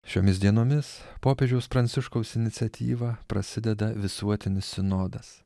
šiomis dienomis popiežiaus pranciškaus iniciatyva prasideda visuotinis sinodas